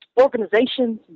organizations